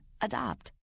Adopt